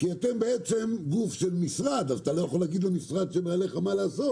כי אתה בעצם גוף של משרד אז אתה לא יכולים להגיד למשרד שמעליך מה לעשות.